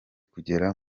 kugera